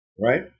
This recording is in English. right